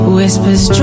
Whispers